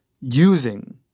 using